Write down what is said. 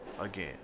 again